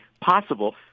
possible